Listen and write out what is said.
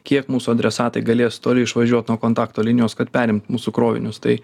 kiek mūsų adresatai galės toli išvažiuot nuo kontakto linijos kad perimt mūsų krovinius tai